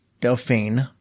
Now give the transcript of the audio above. Delphine